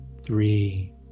three